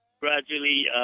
gradually